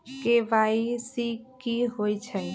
KYC कि होई छई?